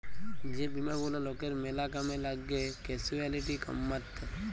যে বীমা গুলা লকের ম্যালা কামে লাগ্যে ক্যাসুয়ালটি কমাত্যে